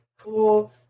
cool